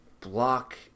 block